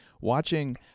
watching